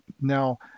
Now